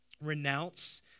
renounce